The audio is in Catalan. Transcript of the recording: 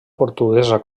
portuguesa